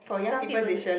some people do that